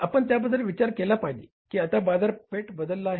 आपण त्याबद्दल विचार केला पाहिजे की आता बाजारपेठ बदलली आहे